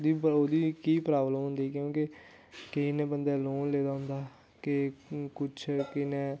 पर ओह्दी कि प्रॉब्लम होंदी क्योंकि केईं ने बंदे लोन लै दा होंदा केईं कुछ कि'नें